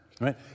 right